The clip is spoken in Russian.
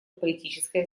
политическая